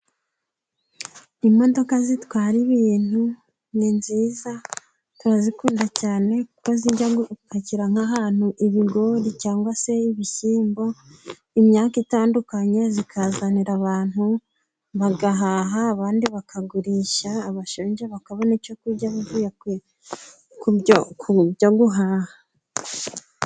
Imodoka zitwara ibintu ni nziza turazikunda cyane, kuko zijya gupakira nk'ahantu ibigori cyangwa se ibishyimbo, imyaka itandukanye zikazanira abantu bagahaha, abandi bakagurisha, abashonje bakabona icyo kurya, bavuye ku byo guhaha.